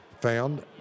found